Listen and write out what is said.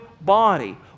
body